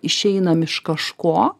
išeinam iš kažko